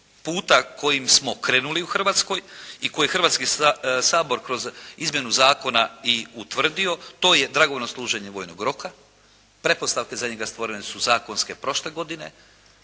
puta kojim smo krenuli u Hrvatskoj i koje je Hrvatski sabor kroz izmjenu zakona i utvrdio, to je dragovoljno služenje vojnog roka. Pretpostavke za njega stvorene su zakonske prošle godine.